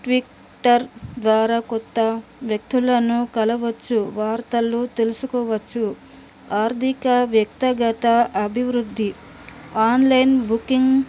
Twitter ద్వారా కొత్త వ్యక్తులను కలవచ్చు వార్తలు తెలుసుకోవచ్చు ఆర్థిక వ్యక్తిగత అభివృద్ధి ఆన్లైన్ బుకింగ్